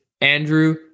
Andrew